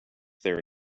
there